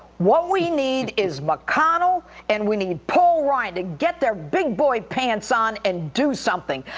what we need is mcconnell and we need paul ryan to get there big boy pants on and do something.